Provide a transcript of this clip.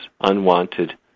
unwanted